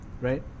right